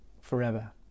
forever